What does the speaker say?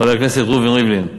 חבר הכנסת רובי ריבלין,